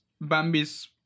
Bambi's